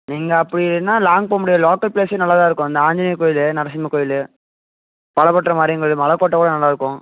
நீங்கள் அப்படின்னா லாங் போக முடியாது லோக்கல் ப்ளேஸ்ஸே நல்லாதான் இருக்கும் அந்த ஆஞ்சநேயர் கோயில் நரசிம்மர் கோயில் பலபட்றை மாரியம்மங் கோயில் மலைக்கோட்டை கூட நல்லாயிருக்கும்